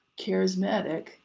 Charismatic